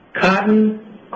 cotton